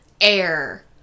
air